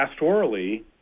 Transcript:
pastorally